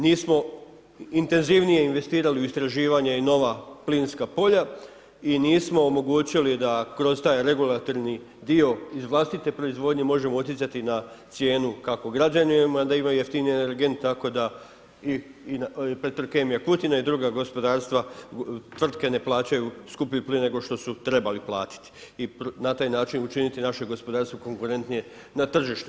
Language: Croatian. Nismo intenzivnije investirali u istraživanje i nova plinska polja i nismo omogućili da kroz taj regulatorni dio iz vlastite proizvodnje možemo utjecati na cijenu kako građanima da imaju jeftiniji energent, tako da i Petrokemija Kutina i druga gospodarstva, tvrtke ne plaćaju skuplji plin nego što su trebali platiti i na taj način učiniti naše gospodarstvo konkurentnije na tržištu.